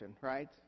right